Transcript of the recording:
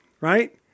right